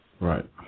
Right